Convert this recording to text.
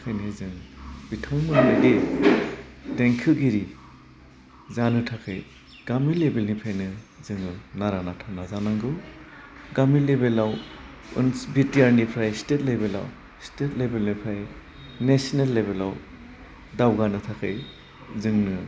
बेखायनो जों बिथांमोन बायदे देंखोगिरि जानो थाखाय गामि लेभेलनिफ्रायनो जोङो नारा नाथा नाजानांगौ गामि लेभेलाव उन्स बिटियारनिफ्राय स्टेट लेबेलाव स्टेट लेभेलनिफ्राय नेशनेल लेभेलाव दावगानो थाखाय जोंनो